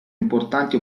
importanti